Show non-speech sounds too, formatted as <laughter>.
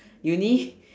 uni <laughs>